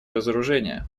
разоружения